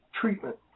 treatment